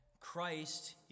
Christ